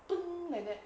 like that